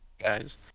guys